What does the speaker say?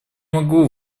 могу